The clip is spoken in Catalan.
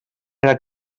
era